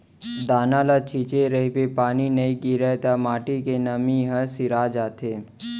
दाना ल छिंचे रहिबे पानी नइ गिरय त माटी के नमी ह सिरा जाथे